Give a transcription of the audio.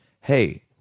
hey